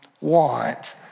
want